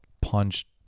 punched